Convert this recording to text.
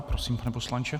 Prosím, pane poslanče.